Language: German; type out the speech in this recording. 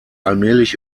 allmählich